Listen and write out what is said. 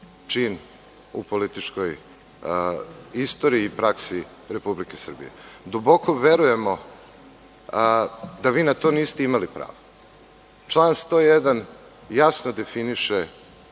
čin u političkoj istoriji i praksi Republike Srbije. Duboko verujemo da vi na to niste imali pravo. Član 101. jasno definiše